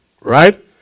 Right